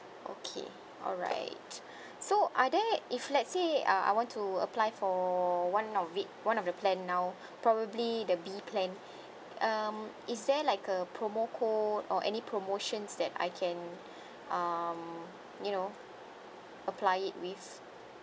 okay alright so are there if let's say uh I want to apply for one of it one of the plan now probably the B plan um is there like a promo code or any promotions that I can um you know apply it with